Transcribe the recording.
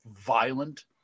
violent